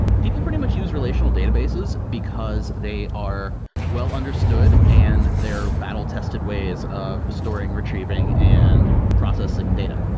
people pretty much use relational databases because they are well-understood and their battle tested ways of storing, retrieving and processing data.